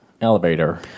Elevator